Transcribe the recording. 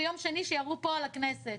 ביום שני, כשירו פה על הכנסת.